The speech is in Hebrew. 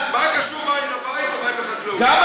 לא מבין מה קשור מים לבית למים לחקלאות.